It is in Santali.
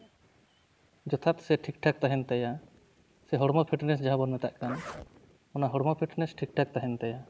ᱡᱚᱛᱷᱟᱛ ᱥᱮ ᱴᱷᱤᱠᱼᱴᱷᱟᱠ ᱛᱟᱦᱮᱱ ᱛᱟᱭᱟ ᱥᱮ ᱦᱚᱲᱢᱚ ᱯᱷᱤᱴᱱᱮᱥ ᱡᱟᱦᱟᱸ ᱵᱚᱱ ᱢᱮᱛᱟᱜ ᱠᱟᱱ ᱚᱱᱟ ᱦᱚᱲᱢᱚ ᱯᱷᱴᱱᱮᱥ ᱴᱷᱤᱠᱼᱴᱷᱟᱠ ᱛᱟᱦᱮᱱ ᱛᱟᱭᱟ